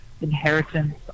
inheritance